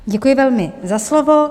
Děkuji velmi za slovo.